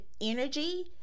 energy